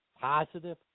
positive